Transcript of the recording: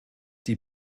die